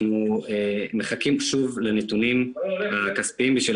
אנחנו מחכים שוב לנתונים הכספיים בשביל